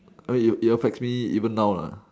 err it it affects me even now lah